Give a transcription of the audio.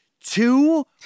two